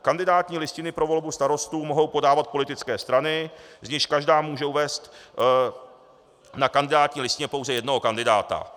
Kandidátní listiny pro volbu starostů mohou podávat politické strany, z nichž každá může uvést na kandidátní listině pouze jednoho kandidáta.